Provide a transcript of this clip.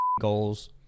goals